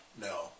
No